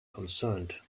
concerned